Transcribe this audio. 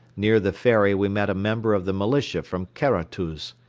near the ferry we met a member of the militia from karatuz.